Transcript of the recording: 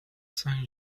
since